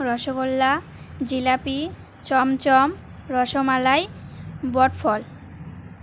রসগোল্লা জিলাপি চমচম রসমালাই বটফল